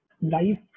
life